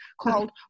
called